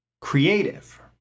creative